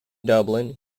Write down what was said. dublin